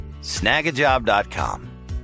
Snagajob.com